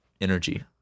energy